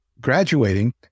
graduating